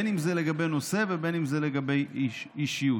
אם זה לגבי נושא ואם זה לגבי אישיות.